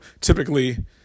typically